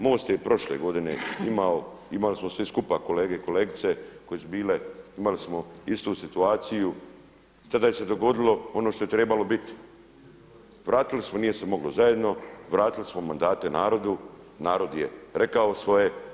MOST je i prošle godine imao, imali smo svi skupa kolege i kolegice koje su bile imali smo istu situaciju i tada se dogodilo ono što je trebalo biti, vratili smo, nije se moglo zajedno, vratili smo mandate narodu, narod je rekao svoje.